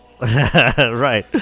right